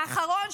האחרון,